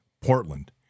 Portland